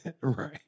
Right